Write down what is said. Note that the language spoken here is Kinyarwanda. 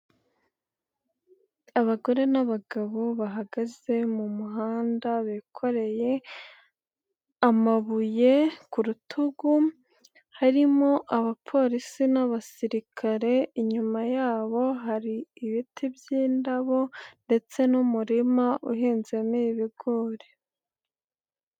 Abagore n'abagabo bahagaze mu muhanda bikoreye amabuye ku rutugu, harimo abapolisi n'abasirikare, inyuma yabo hari ibiti by'indabo ndetse n'umurima uhinzemo ibigori.